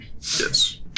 Yes